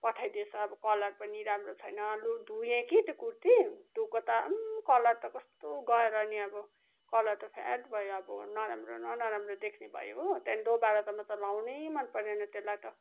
पठाइदिएछ अब कलर पनि राम्रो छैन लु धोएँ कि त्यो कुर्ती धोएको त अम्म कलर त कस्तो गएर नि अब कलर त फेड भयो अब नराम्रो न नराम्रो देख्ने भयो हो त्यहाँबाट दोबारा त म त लगाउनु पनि मन परेन त्यसलाई त